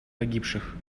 погибших